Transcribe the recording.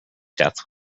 death